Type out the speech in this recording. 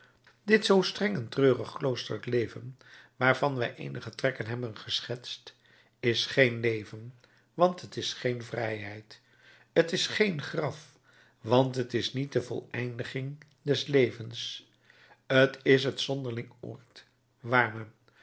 dit zoo streng en treurig kloosterlijk leven waarvan wij eenige trekken hebben geschetst is geen leven want t is geen vrijheid t is geen graf want t is niet de voleindiging des levens t is het zonderling oord waar